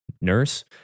nurse